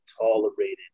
tolerated